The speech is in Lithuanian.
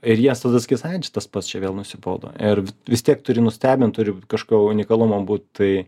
ir jie tada sakys ai čia tas pats čia vėl nusibodo ir vis tiek turi nustebint turi kažkokio unikalumo būt tai